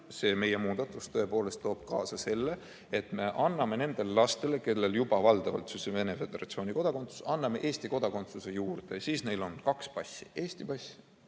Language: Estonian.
see meie muudatus toob kaasa selle, et me anname nendele lastele, kellel juba valdavalt on Venemaa Föderatsiooni kodakondsus, Eesti kodakondsuse juurde ja siis neil on kaks passi: Eesti pass